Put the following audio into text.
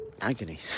agony